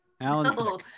Alan